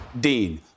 Dean